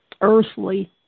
earthly